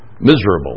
Miserable